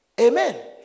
Amen